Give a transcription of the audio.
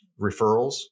referrals